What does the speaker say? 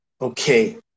okay